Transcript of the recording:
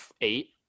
eight